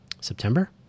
September